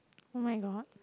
oh-my-god